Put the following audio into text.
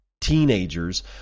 teenagers